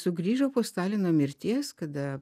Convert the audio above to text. sugrįžo po stalino mirties kada